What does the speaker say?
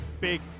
big